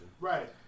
Right